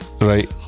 right